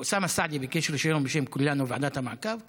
אוסמה סעדי ביקש רישיון בשם כולנו וועדת המעקב,